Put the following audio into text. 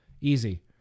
Easy